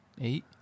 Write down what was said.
eight